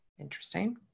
interesting